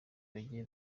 bagiye